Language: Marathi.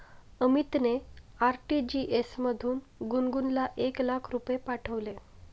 अमितने आर.टी.जी.एस मधून गुणगुनला एक लाख रुपये पाठविले